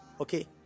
Okay